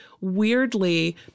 weirdly